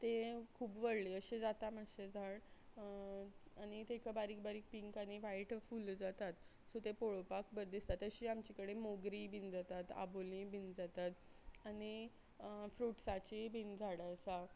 तें खूब व्हडले अशें जाता मातशे झाड आनी तेका बारीक बारीक पींक आनी वायट फूल जातात सो तें पळोवपाक बरें दिसता तशी आमचे कडेन मोगरी बी जातात आबोली बीन जातात आनी फ्रुट्साचीय बीन झाडां आसा